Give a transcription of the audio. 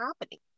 happening